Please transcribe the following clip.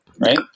right